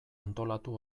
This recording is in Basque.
antolatu